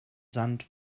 sand